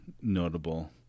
notable